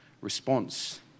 response